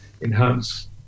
enhance